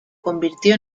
convirtió